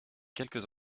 quelques